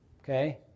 okay